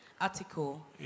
article